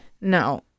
No